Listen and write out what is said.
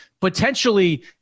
potentially